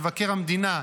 מבקר המדינה,